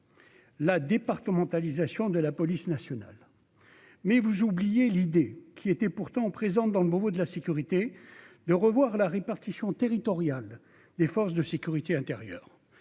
La départementalisation de la police nationale, mais vous oubliez l'idée qui était pourtant présente dans le propos de la sécurité, de revoir la répartition territoriale des forces de sécurité intérieure,